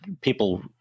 people